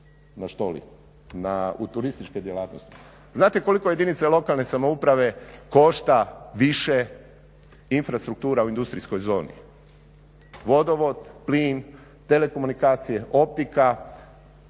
na što li u turističkoj djelatnosti. Znate koliko jedinice lokalne samouprave košta više infrastruktura u industrijskoj zoni? Vodovod, plin, telekomunikacije, optika,